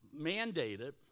mandated